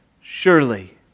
Surely